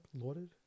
lauded